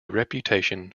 reputation